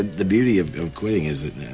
the beauty of of quitting is that,